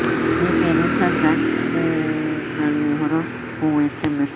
prepaid recharge ಪ್ಯಾಕುಗಳು ಹೊರ ಹೋಗುವ ಎಸ್.ಎಮ್.ಎಸ್ ಸಕ್ರಿಯಗೊಳಿಸಿಲ್ಲ ಅಂದ್ರೆ ಆಪರೇಟರ್ ಅನ್ನು ಸಂಪರ್ಕಿಸಬೇಕಾಗಬಹುದು